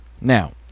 now